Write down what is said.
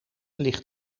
licht